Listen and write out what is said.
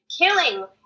killing